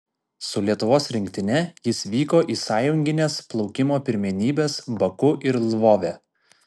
su lietuvos rinktine jis vyko į sąjungines plaukimo pirmenybes baku ir lvove